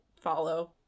follow